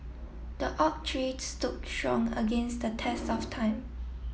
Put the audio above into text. the oak tree stood strong against the test of time